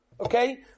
Okay